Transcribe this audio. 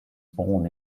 born